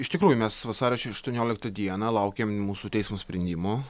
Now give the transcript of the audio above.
iš tikrųjų mes vasario aštuonioliktą dieną laukėme mūsų teismo sprendimo